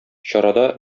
чарада